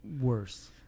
worse